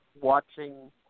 watching